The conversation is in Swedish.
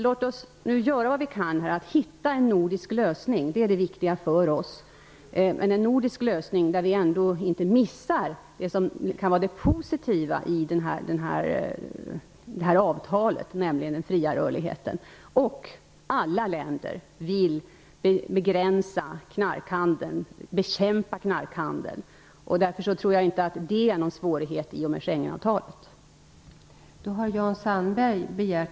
Låt oss nu göra vad vi kan för att hitta en nordisk lösning - det är det viktiga för oss - där vi ändå inte missar det som kan vara det positiva med avtalet, nämligen den fria rörligheten. Alla länder vill bekämpa knarkhandeln, och i det sammanhanget tror jag inte att Schengenavtalet innebär någon svårighet.